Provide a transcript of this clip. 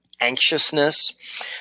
anxiousness